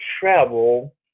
travel